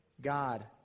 God